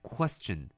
Question